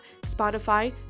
Spotify